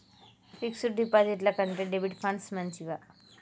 Fix డ్ డిపాజిట్ల కంటే డెబిట్ ఫండ్స్ మంచివా?